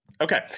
Okay